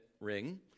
ring